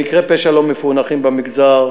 מקרי פשע לא מפוענחים במגזר,